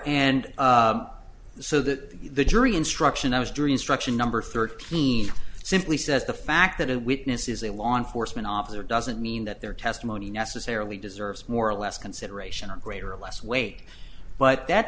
and so that the jury instruction i was during instruction number thirteen simply says the fact that it witness is a law enforcement officer doesn't mean that their testimony necessarily deserves more or less consideration or greater or less weight but that